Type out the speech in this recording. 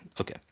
Okay